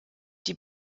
die